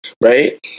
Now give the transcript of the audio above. right